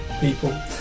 people